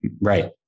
Right